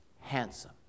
handsome